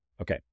Okay